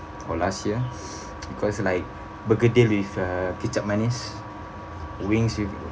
or last year because like bergedil with uh kicap manis wings with